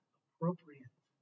appropriate